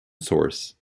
source